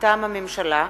מטעם הממשלה: